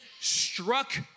struck